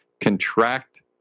contract